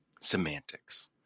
Semantics